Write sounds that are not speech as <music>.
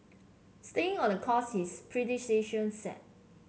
staying on the course his <unintelligible> set